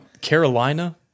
Carolina